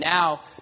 now